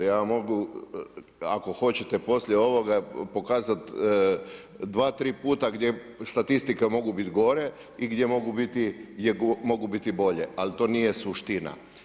Ja vam mogu ako hoćete poslije ovoga pokazati dva, tri puta gdje statistike mogu biti gore i gdje mogu biti bolje ali to nije suština.